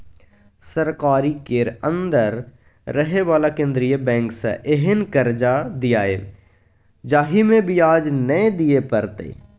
सरकारी केर अंदर रहे बला केंद्रीय बैंक सँ एहेन कर्जा दियाएब जाहिमे ब्याज नै दिए परतै